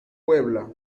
puebla